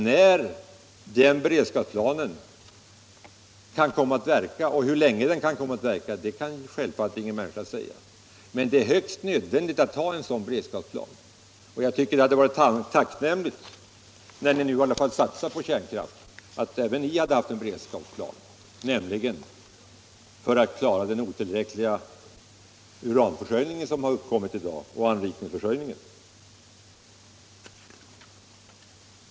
När den beredskapsplanen kan komma att verka och hur länge den skall verka kan självfallet ingen människa säga, men det är högst nödvändigt att ha en sådan beredskapsplan. Jag tycker det hade varit tacknämligt, när ni nu håller på att satsa på kärnkraften, om även ni hade haft en beredskapsplan, nämligen för att klara den sviktande uranförsörjningen och den otillräckliga anrikningsförsörjningen.